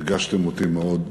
וריגשתם אותי מאוד.